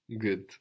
Good